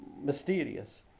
mysterious